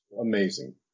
amazing